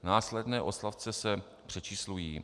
Následné odstavce se přečíslují.